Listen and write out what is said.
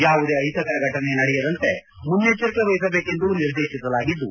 ಯಾವುದೇ ಅಹಿತಕರ ಘಟನೆ ನಡೆಯದಂತೆ ಮುನ್ನಚ್ಚರಿಕೆ ವಹಿಸಬೇಕೆಂದು ನಿರ್ದೇತಿಸಲಾಗಿದ್ದು